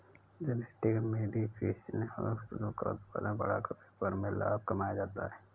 genetic modification से फसलों का उत्पादन बढ़ाकर व्यापार में लाभ कमाया जाता है